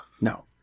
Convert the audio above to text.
No